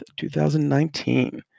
2019